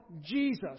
Jesus